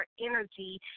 energy